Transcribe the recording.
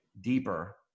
deeper